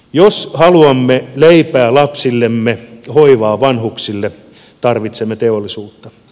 jos haluamme leipää lapsillemme hoivaa vanhuksille tarvitsemme teollisuutta